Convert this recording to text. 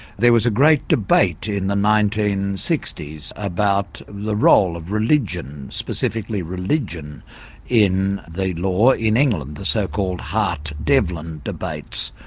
there was a great debate in the nineteen sixty s about the role of religion specifically religion in the law in england, the so called hart-devlin debates.